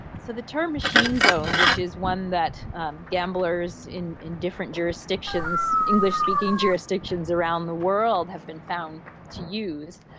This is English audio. so the term machine zone, which is one that um gamblers in in different jurisdictions, english-speaking jurisdictions around the world have been found to use,